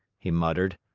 he muttered,